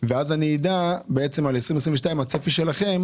ואז אני אדע בעצם על 2022 מה הצפי שלכם.